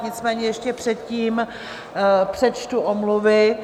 Nicméně ještě předtím přečtu omluvy.